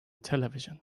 television